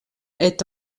est